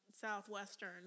Southwestern